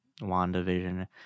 WandaVision